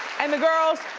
and the girls,